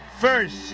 first